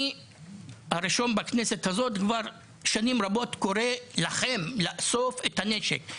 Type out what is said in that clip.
אני כבר שנים רבות קורא לכם בכנסת הזאת לאסוף את הנשק.